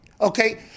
Okay